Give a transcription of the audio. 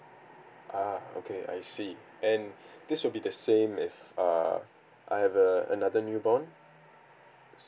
ah okay I see and this will be the same if err I have err another newborn